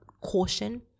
caution